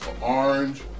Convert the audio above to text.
orange